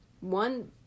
one